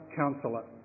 counsellor